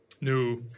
No